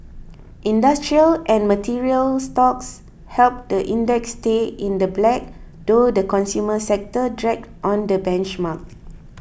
industrial and material stocks helped the index stay in the black though the consumer sector dragged on the benchmark